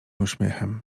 uśmiechem